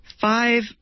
five